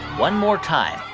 one more time.